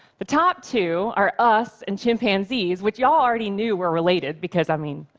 the top two are us and chimpanzees, which y'all already knew were related, because, i mean,